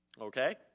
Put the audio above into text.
Okay